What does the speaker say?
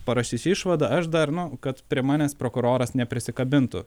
parašysiu išvadą aš dar nu kad prie manęs prokuroras neprisikabintų